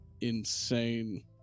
insane